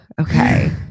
okay